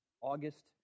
August